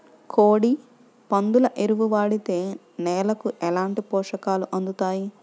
కోడి, పందుల ఎరువు వాడితే నేలకు ఎలాంటి పోషకాలు అందుతాయి